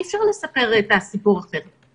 אי-אפשר לספר את הסיפור אחרת.